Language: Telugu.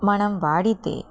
మనం వాడితే